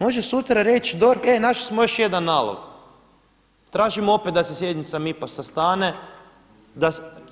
Može sutra reći DORH e našli smo još jedan nalog, tražimo opet da se sjednica MIP-a sastane